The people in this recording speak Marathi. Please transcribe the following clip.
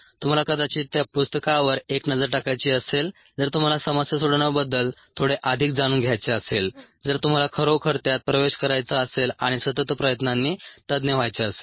तुम्हाला कदाचित त्या पुस्तकावर एक नजर टाकायची असेल जर तुम्हाला समस्या सोडवण्याबद्दल थोडे अधिक जाणून घ्यायचे असेल जर तुम्हाला खरोखर त्यात प्रवेश करायचा असेल आणि सतत प्रयत्नांनी तज्ञ व्हायचे असेल